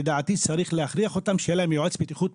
לדעתי צריך להכריח אותן שיהיה להן יועץ בטיחות,